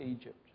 Egypt